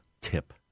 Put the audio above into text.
tip